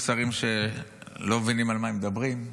יש שרים שלא מבינים על מה הם מדברים.